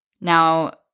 Now